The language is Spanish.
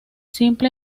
simple